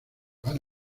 van